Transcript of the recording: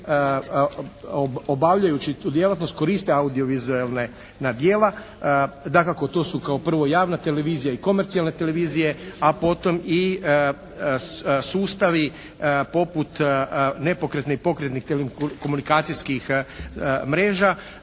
obavljajući tu djelatnost koriste audiovizualna djela. Dakako, to su kao prvo javna televizija i komercijalne televizije, a potom i sustavi poput nepokretnih i pokretnih telekomunikacijskih mreža